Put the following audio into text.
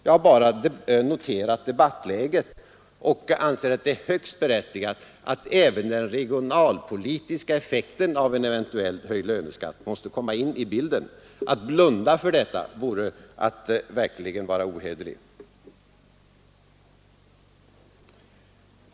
Jag har bara noterat debattläget och anser att det är högst berättigat att även den regionalpolitiska effekten av en eventuellt höjd löneskatt kommer in i bilden. Att blunda för detta vore att verkligen vara ohederlig.